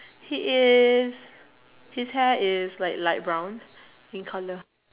he is his hair is like light brown in colour